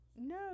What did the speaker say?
No